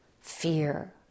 Fear